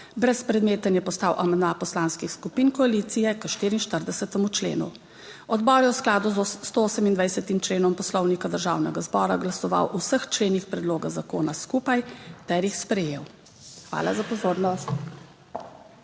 brezpredmeten je postal amandma poslanskih skupin koalicije k 44. členu. Odbor je v skladu s 128 členom Poslovnika Državnega zbora glasoval o vseh členih predloga zakona skupaj ter jih sprejel. Hvala za pozornost.